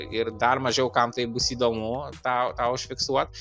ir dar mažiau kam tai bus įdomu tą tą užfiksuot